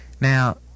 Now